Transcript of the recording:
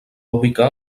ubicar